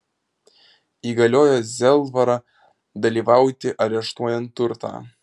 įgaliojo zelvarą dalyvauti areštuojant turtą